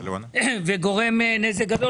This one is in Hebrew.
וגורם נזק גדול.